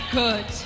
good